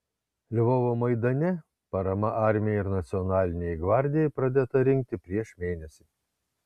lvovo maidane parama armijai ir nacionalinei gvardijai pradėta rinkti prieš mėnesį